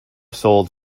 sold